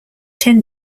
tend